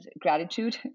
gratitude